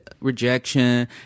rejection